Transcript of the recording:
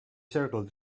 circle